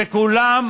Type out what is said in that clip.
וכולם